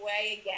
again